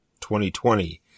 2020